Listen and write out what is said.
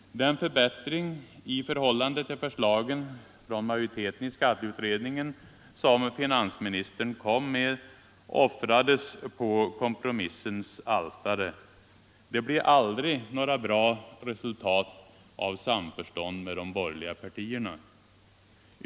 Den förbättring i förhållande till förslagen från majoriteten i skatteutredningen som finansministern kom med offrades på kompromissens altare. Det blir aldrig några bra resultat av samförstånd med de borgerliga partierna.